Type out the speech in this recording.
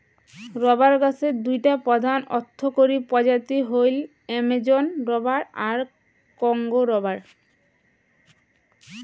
rubber গছের দুইটা প্রধান অর্থকরী প্রজাতি হইল অ্যামাজোন রবার আর কংগো রবার